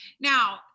Now